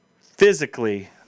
physically